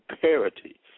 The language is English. parity